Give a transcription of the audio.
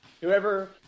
whoever